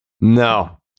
No